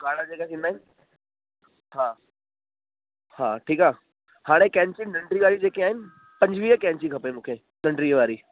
ॻाढ़ा जेके थींदा आहिनि हा ठीकु हा हाणे कैंची नंढड़ी वारी जेकी आहिनि पंजवीहु कैंची खपे मूंखे नंढड़ी वारी